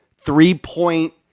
three-point